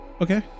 Okay